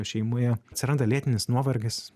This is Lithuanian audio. šeimoje atsiranda lėtinis nuovargis